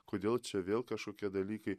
kodėl čia vėl kažkokie dalykai